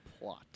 plot